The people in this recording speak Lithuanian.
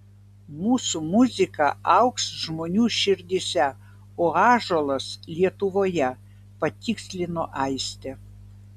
mūsų muzika augs žmonių širdyse o ąžuolas lietuvoje patikslino aistė